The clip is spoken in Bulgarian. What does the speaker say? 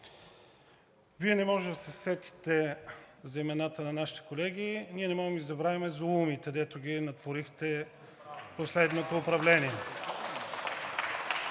Вие не можете да се сетите за имената на нашите колеги – ние не можем да Ви забравим зулумите, дето ги натворихте в последното управление.